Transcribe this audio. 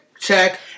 Check